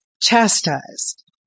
chastised